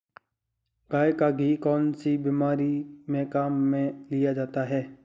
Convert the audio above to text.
गाय का घी कौनसी बीमारी में काम में लिया जाता है?